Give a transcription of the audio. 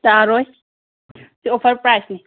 ꯇꯥꯔꯣꯏ ꯁꯤ ꯑꯣꯐꯔ ꯄ꯭ꯔꯥꯏꯁꯅꯤ